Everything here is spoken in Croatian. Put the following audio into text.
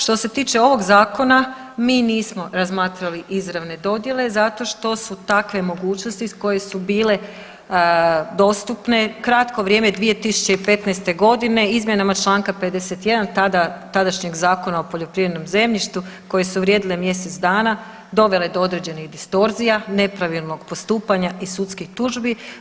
Što se tiče ovog zakona mi nismo razmatrali izravne dodjele zato što su takve mogućnosti koje su bile dostupne kratko vrijeme 2015. godine izmjenama Članka 51. tada, tadašnjeg Zakona o poljoprivrednom zemljištu koje su vrijedile mjesec dana dovele do određenih distorzija, nepravilnog postupanja i sudskih tužbi.